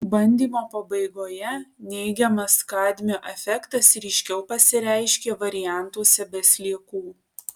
bandymo pabaigoje neigiamas kadmio efektas ryškiau pasireiškė variantuose be sliekų